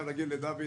דוד,